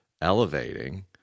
elevating